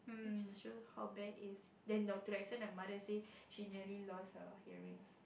this just show how bad is then doctor right send the mother say she nearly lost her hearings